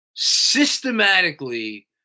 systematically